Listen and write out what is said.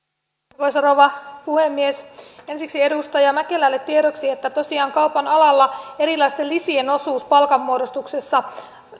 arvoisa rouva puhemies ensiksi edustaja mäkelälle tiedoksi että tosiaan kaupan alalla erilaisten lisien osuus palkanmuodostuksessa